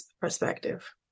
perspective